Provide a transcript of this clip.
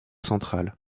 central